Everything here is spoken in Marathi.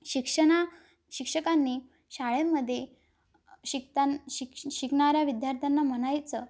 शिक्षना शिक्षकांनी शाळेमध्ये शिकतान शिक शिकणाऱ्या विद्यार्थ्यांना म्हणायचं